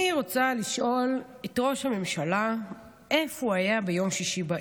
אני רוצה לשאול את ראש הממשלה איפה הוא היה ביום שישי בערב.